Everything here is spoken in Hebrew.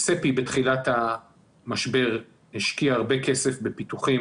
"ספי" בתחילת המשבר השקיעה הרבה כסף בפיתוחים